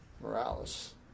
Morales